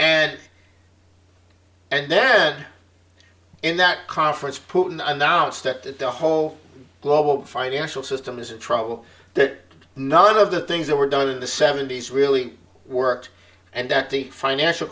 and and then in that conference putin announced that the whole global financial system is in trouble that none of the things that were done in the seventy's really worked and that the financial